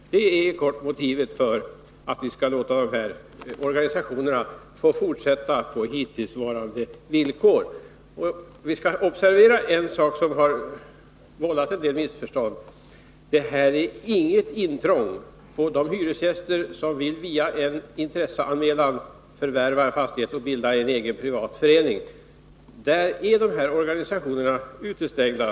Det är kort sagt motivet för att vi skall låta dessa organisationer fortsätta på hittillsvarande villkor. Vi skall observera en sak, som har vållat en del missförstånd: Detta innebär inte något intrång på de hyresgäster som via en intresseanmälan vill förvärva en fastighet och bilda en egen privat förening. Där är dessa organisationer utestängda.